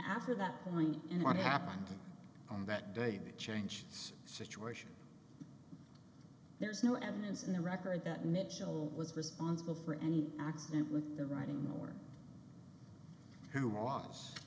after that point in what happened on that day the change situation there's no evidence in the record that mitchell was responsible for any accident with the writing nor who wa